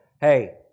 hey